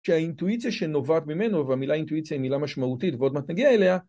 שהאינטואיציה שנובעת ממנו, והמילה אינטואיציה היא מילה משמעותית ועוד מעט נגיע אליה